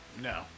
No